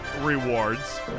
rewards